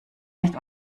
nicht